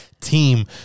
team